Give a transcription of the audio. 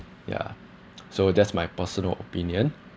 ya so that's my personal opinion